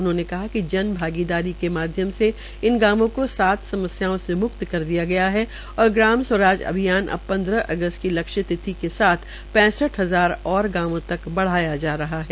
उन्होंने कहा कि जन भागीदारी के माध्यम से इन गांवों को सात समस्याओ से म्क्त कर दिया गया है और ग्राम स्वराज अभियान अब पन्द्रह अगस्त की लक्ष्य तिथि पैसंठ हजार और गांवों तक बढ़ाया जा रहा है